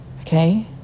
Okay